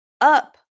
up